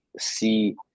see